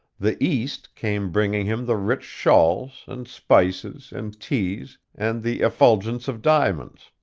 the east came bringing him the rich shawls, and spices, and teas, and the effulgence of diamonds,